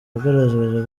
yagaragaje